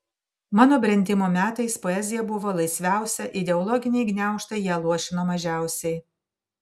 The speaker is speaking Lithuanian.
mano brendimo metais poezija buvo laisviausia ideologiniai gniaužtai ją luošino mažiausiai